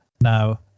now